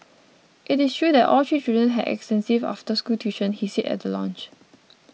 it is true that all three children had extensive after school tuition he said at the launch